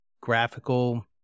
graphical